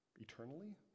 eternally